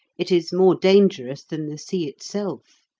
it is more dangerous than the sea itself.